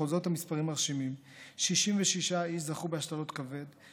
בכל זאת המספרים מרשימים: 66 איש זכו בהשתלת כבד,